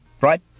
right